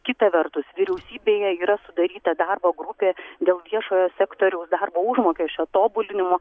kita vertus vyriausybėje yra sudaryta darbo grupė dėl viešojo sektoriaus darbo užmokesčio tobulinimo